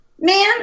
man